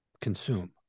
consume